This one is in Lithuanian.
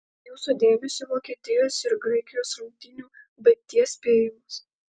jūsų dėmesiui vokietijos ir graikijos rungtynių baigties spėjimas